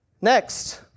Next